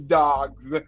dogs